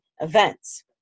events